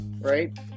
right